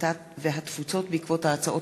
הקליטה והתפוצות בעקבות דיון בהצעות